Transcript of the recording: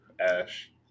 Ash